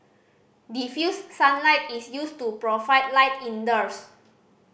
diffused sunlight is used to provide light indoors